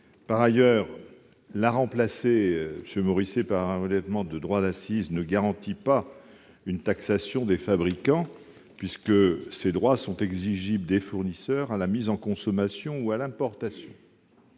Par ailleurs, remplacer cette contribution par un relèvement des droits d'accises ne garantit pas une taxation des fabricants, puisque ces droits sont exigibles des fournisseurs à la mise en consommation ou à l'importation.